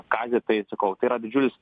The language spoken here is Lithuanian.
kazį tai sakau tai yra didžiulis